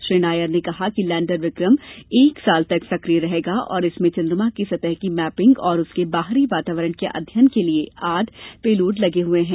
श्री नायर ने कहा कि लैंडर विक्रम एक वर्ष तक सकिय रहेगा और इसमें चंद्रमा की सतह की मैपिंग तथा उसके बाहरी वातावरण के अध्ययन के लिये आठ पेलोड लगे हुए हैं